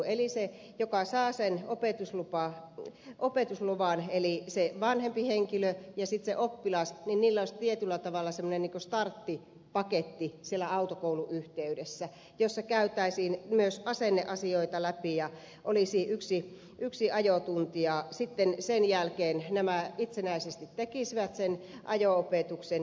eli sillä joka saa opetusluvan eli sillä vanhemmalla henkilöllä ja oppilaalla olisi tietyllä tavalla se meni kustaa iv paketti semmoinen starttipaketti autokoulun yhteydessä jossa käytäisiin myös asenneasioita läpi ja olisi yksi ajotunti ja sen jälkeen nämä itsenäisesti tekisivät ajo opetuksen